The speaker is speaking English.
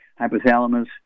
hypothalamus